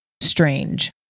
strange